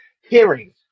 hearing